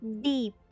deep